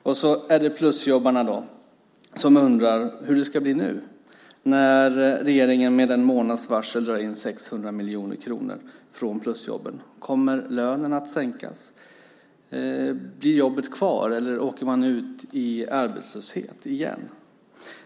Och så är det plusjobbarna, som undrar hur det ska bli nu när regeringen med en månads varsel drar in 600 miljoner kronor från plusjobben: Kommer lönen att sänkas? Blir jobbet kvar, eller åker man ut i arbetslöshet igen?